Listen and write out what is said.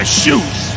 shoes